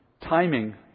timing